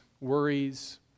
worries